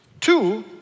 Two